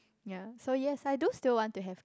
yea so yes I do still want to have